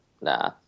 nah